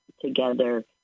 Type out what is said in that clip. together